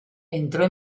entró